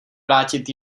vrátit